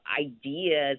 ideas